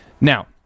Now